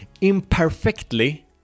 imperfectly